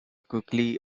quickly